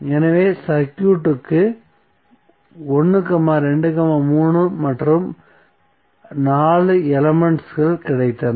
எனவே சர்க்யூட்க்கு 1 2 3 மற்றும் 4 எலமெண்ட்ஸ் கிடைத்தன